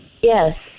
Yes